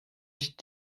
ich